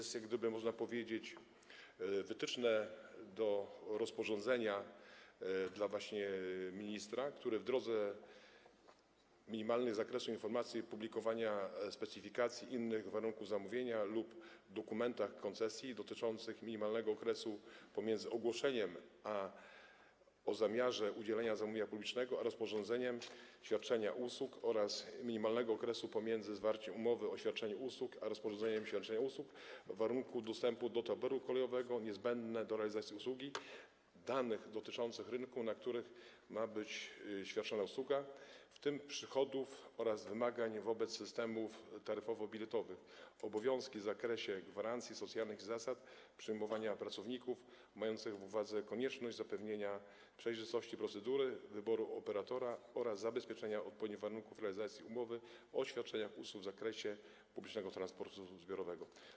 Są to, można powiedzieć, wytyczne dla ministra, który w drodze rozporządzenia określi minimalny zakres informacji publikowanych w specyfikacji istotnych warunków zamówienia lub dokumentach koncesji dotyczących minimalnego okresu pomiędzy ogłoszeniem o zamiarze udzielenia zamówienia publicznego a rozpoczęciem świadczenia usługi oraz minimalnego okresu pomiędzy zawarciem umowy o świadczenie usługi a rozpoczęciem świadczenia usługi, warunków dostępu do taboru kolejowego niezbędnego do realizacji usługi, danych dotyczących rynku, na którym ma być świadczona usługa, w tym przychodów oraz wymagań wobec systemów taryfowo-biletowych, obowiązki w zakresie gwarancji socjalnych i zasad przyjmowania pracowników, mając na uwadze konieczność zapewnienia przejrzystości procedury wyboru operatora oraz zabezpieczenia odpowiednich warunków realizacji umowy o świadczenie usług w zakresie publicznego transportu zbiorowego.